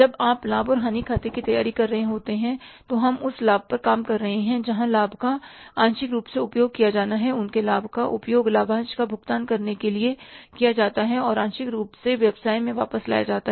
जब आप लाभ और हानि खाते की तैयारी कर रहे होते हैं तो हम उस लाभ पर काम कर रहे होते हैं जहां लाभ का आंशिक रूप से उपयोग किया जाना होता है उनके लाभ का उपयोग लाभांश का भुगतान करने के लिए किया जाता है और आंशिक रूप से व्यवसाय में वापस लाया जाता है